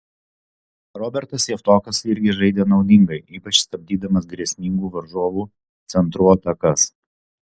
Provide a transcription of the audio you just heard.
robertas javtokas irgi žaidė naudingai ypač stabdydamas grėsmingų varžovų centrų atakas